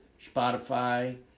Spotify